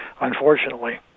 unfortunately